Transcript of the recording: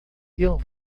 ele